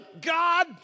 God